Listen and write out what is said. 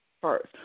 First